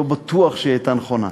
לא בטוח שהיא הייתה נכונה.